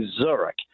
Zurich